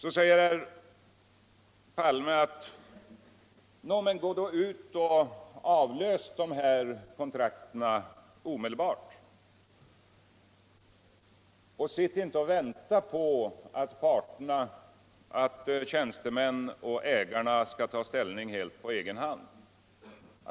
Herr Palme säger: Nå men gå då ut och avlös konirakten omedelbart och sitt inte och vänta på att tjänstenrin och ägare skall ta ställning helt på egen hand!